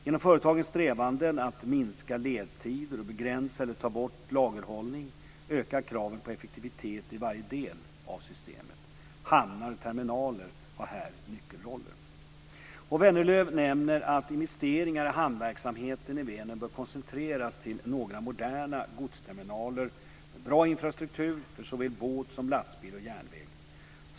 Genom företagens strävanden att minska ledtider och begränsa eller ta bort lagerhållning ökar kraven på effektivitet i varje del av systemet. Hamnar och terminaler har här nyckelroller. Vänerlöv nämner att investeringar i hamnverksamheten i Vänern bör koncentreras till några moderna godsterminaler med bra infrastruktur för såväl båt som lastbil och järnväg.